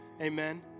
Amen